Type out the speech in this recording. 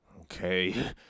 okay